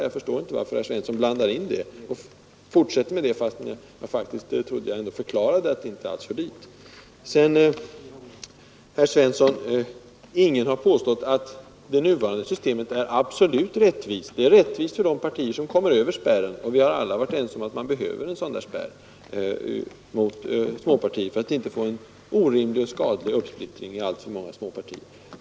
Jag förstår inte varför herr Svensson fortsätter att blanda in detta, fastän jag faktiskt förklarade att det inte alls hör dit. Ingen har påstått, herr Svensson, att det nuvarande systemet är absolut rättvist. Det är rättvist för de partier som kommer över spärren och vi har alla varit ense om att man behöver en sådan spärr mot små partier för att inte få en orimlig och skadlig splittring i alltför många små partier.